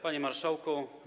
Panie Marszałku!